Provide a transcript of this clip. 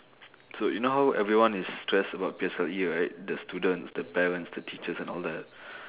so you know how everyone is stressed about P_S_L_E right the students the parents the teachers and all that